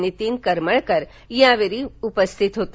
नितीन करमळकर यावेळी उपस्थित होते